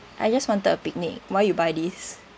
I just wanted a picnic why you buy this